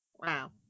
Wow